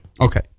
Okay